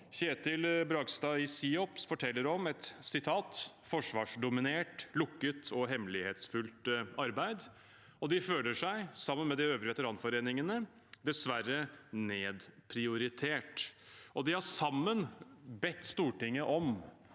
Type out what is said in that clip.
Kjetil Bragstad i SIOPS forteller om et forsvarsdominert, lukket og hemmelighetsfullt arbeid, og de føler seg – sammen med de øvrige veteranforeningene – dessverre nedprioritert. De har sammen bedt Stortinget om